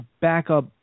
backup